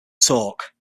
talk